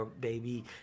baby